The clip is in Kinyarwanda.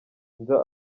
nza